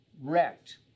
wrecked